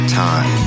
time